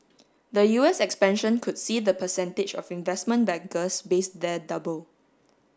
the U S expansion could see the percentage of investment bankers based there double